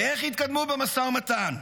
ואיך יתקדמו במשא ומתן?